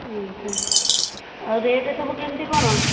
ଆଚ୍ଛା ଆଉ ରେଟ୍ ସବୁ କେମିତି କ'ଣ